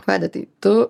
vaidotai tu